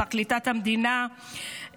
פרקליטות המדינה,